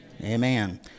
amen